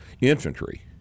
infantry